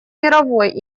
мировой